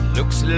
Looks